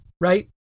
right